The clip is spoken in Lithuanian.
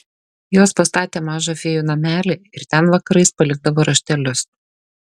jos pastatė mažą fėjų namelį ir ten vakarais palikdavo raštelius